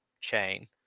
chain